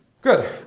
Good